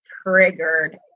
triggered